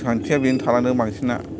गोसोखांथिया बेनो थालांदों बांसिना